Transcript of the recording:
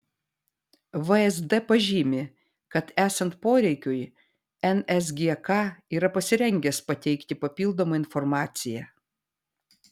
vsd pažymi kad esant poreikiui nsgk yra pasirengęs pateikti papildomą informaciją